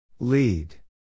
Lead